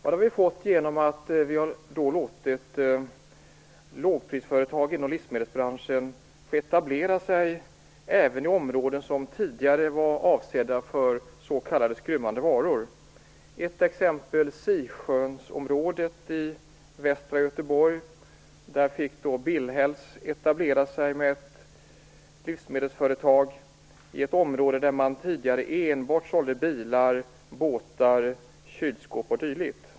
Det har vi fått genom att vi har låtit lågprisföretagen i livsmedelsbranschen etablera sig även i områden som tidigare var avsedda för s.k. skrymmande varor. Ett exempel är Sisjönområdet i västra Göteborg. Där fick Billhälls etablera sig med ett livsmedelsföretag i ett område där man tidigare enbart sålde bilar, båtar, kylskåp o.d.